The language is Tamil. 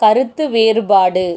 கருத்து வேறுபாடு